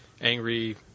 angry